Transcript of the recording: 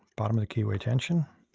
bottom of the key way tension.